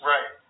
Right